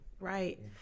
right